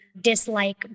dislike